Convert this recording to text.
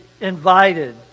invited